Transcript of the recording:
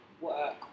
work